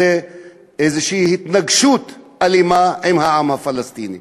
זו איזושהי התנגשות אלימה עם העם הפלסטיני.